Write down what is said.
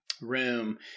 Room